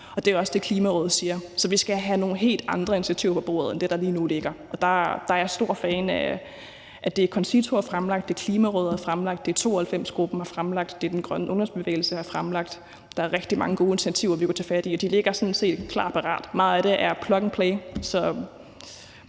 og det er også det, Klimarådet siger. Så vi skal have nogle helt andre initiativer på bordet end det, der lige nu ligger, og der er jeg stor fan af det, CONCITO har fremlagt, det, Klimarådet har fremlagt, det, 92-gruppen har fremlagt, og det, Den Grønne Ungdomsbevægelse har fremlagt. Der er rigtig mange gode initiativer, vi kunne tage fat i, og de ligger sådan set klar og parat. Meget af det er plug and play.